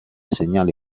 segnale